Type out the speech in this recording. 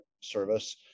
service